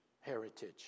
heritage